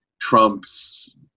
Trump's